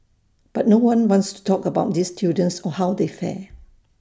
but no one wants to talk about these students or how they fare